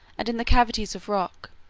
and in the cavities of rocks,